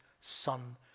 son